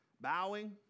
bowing